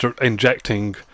injecting